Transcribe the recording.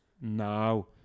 now